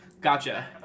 Gotcha